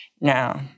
Now